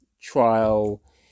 trial